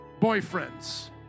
boyfriends